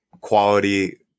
quality